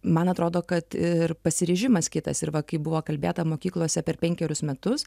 man atrodo kad ir pasiryžimas kitas ir va kaip buvo kalbėta mokyklose per penkerius metus